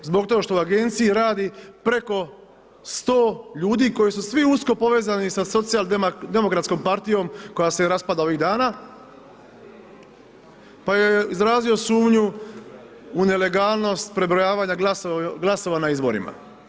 Zbog toga što u agenciji radi preko 100 ljudi koji su svi usko povezani sa socijal demokratskom partijom koja se raspada ovih dana pa je izrazio sumnju u nelegalnost prebrojavanja glasova na izborima.